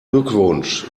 glückwunsch